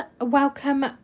welcome